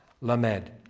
Lamed